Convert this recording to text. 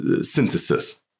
synthesis